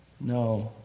No